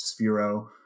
Sphero